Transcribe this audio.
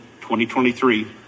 2023